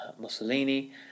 Mussolini